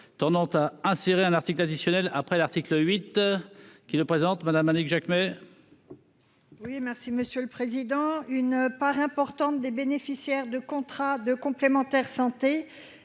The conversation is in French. tendant à insérer un article additionnel après l'article 8 qui ne présentent madame Annick Jacquemet. Oui, merci Monsieur le Président, une part importante des bénéficiaires de contrats de complémentaire santé